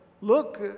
look